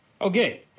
Okay